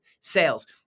sales